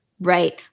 right